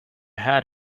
had